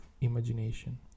imagination